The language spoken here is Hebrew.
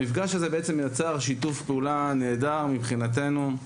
המפגש הזה יצר שיתוף פעולה נהדר, מבחינתנו.